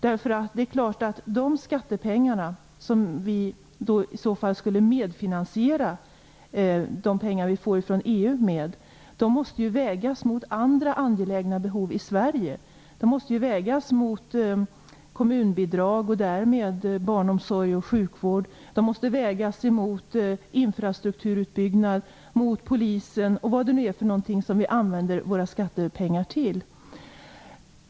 De skattepengar som i så fall skulle medfinansiera de pengar som svenska bönder får av EU, måste ju vägas mot andra angelägna behov i Sverige, såsom kommunbidrag och därmed barnomsorg och sjukvård, infrastrukturutbyggnad, polisverksamhet och andra verksamheter som vi använder våra skattepengar till.